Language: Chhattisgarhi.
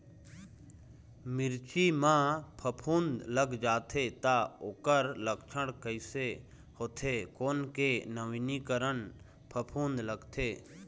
मिर्ची मा फफूंद लग जाथे ता ओकर लक्षण कैसे होथे, कोन के नवीनीकरण फफूंद लगथे?